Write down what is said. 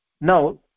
Now